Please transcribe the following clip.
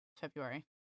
February